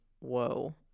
whoa